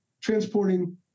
transporting